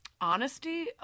honesty